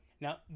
Now